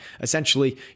essentially